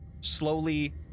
slowly